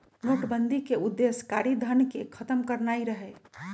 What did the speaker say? नोटबन्दि के उद्देश्य कारीधन के खत्म करनाइ रहै